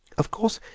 of course,